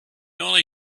only